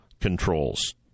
controls